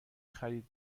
خرید